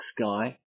sky